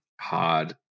hard